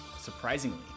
surprisingly